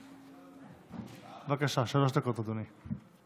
בבקשה, שלוש דקות, אדוני.